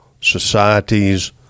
societies